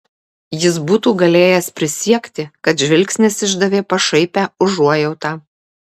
jis būtų galėjęs prisiekti kad žvilgsnis išdavė pašaipią užuojautą